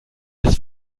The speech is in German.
das